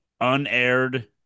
unaired